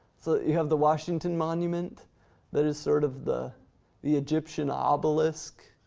so you have the washington monument that is sort of the the egyptian ah obelisk.